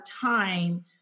time